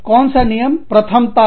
कौन सा नियम प्रथमता लिया जाएगा